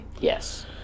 yes